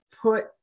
put